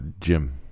Jim